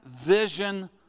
vision